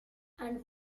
and